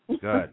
Good